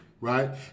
right